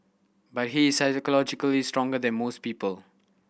but he is psychologically stronger than most people